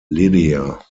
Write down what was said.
lydia